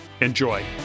enjoy